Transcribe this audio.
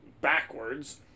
backwards